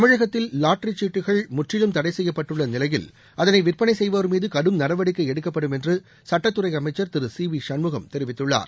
தமிழகத்தில் லாட்டரி சீட்டுகள் முற்றிலும் தடை செய்யப்பட்டுள்ள நிலையில் அதனை விற்பனை செய்வோர் மீது கடும் நடவடிக்கை எடுக்கப்படும் என்று சட்டத்துறை அமைச்சர் திரு சி வி சண்முகம் தெரிவித்துள்ளார்